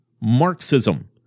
Marxism